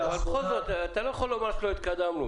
בכל זאת, אתה לא יכול לומר שלא הייתה התקדמות.